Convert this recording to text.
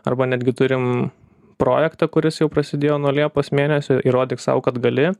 arba netgi turim projektą kuris jau prasidėjo nuo liepos mėnesio įrodyk sau kad gali